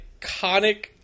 iconic